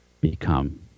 become